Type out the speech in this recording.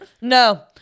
no